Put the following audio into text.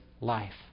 life